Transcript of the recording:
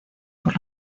por